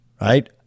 right